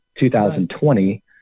2020